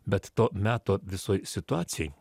bet to meto visoj situacijoj